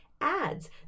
adds